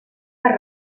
per